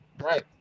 Right